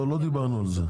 לא דיברנו על זה.